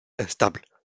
instables